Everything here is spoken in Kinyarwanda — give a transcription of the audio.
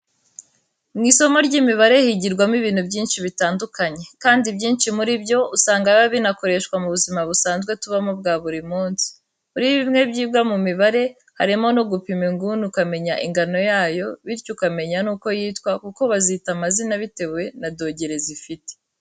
Mu isomo ry'imibare higirwamo ibintu byinshi bitandukanye, kandi ibyinshi muri byo usanga biba binakoreshwa mu buzima busanzwe tubamo bwa buri munsi. Muri bimwe byigwa mu mibare, harimo no gupima inguni ukamenya ingano yayo, bityo ukamenya nuko yitwa kuko bazita amazina bitewe na dogere zifite.